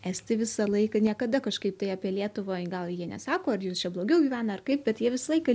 estai visą laiką niekada kažkaip tai apie lietuvą gal jie nesako ar jūs čia blogiau gyvena ar kaip bet jie visą laiką